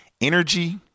energy